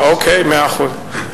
אה, אוקיי, מאה אחוז.